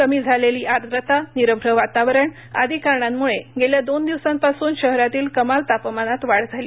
कमी झालेली आद्रता निरभ्र वातावरण आदी कारणांमुळे गेल्या दोन दिवसांपासून शहरातील कमाल तापमानात वाढ झाली